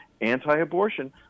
anti-abortion